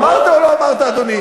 אמרת או לא אמרת, אדוני?